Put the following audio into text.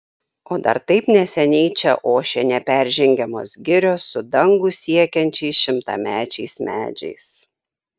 o dar taip neseniai čia ošė neperžengiamos girios su dangų siekiančiais šimtamečiais medžiais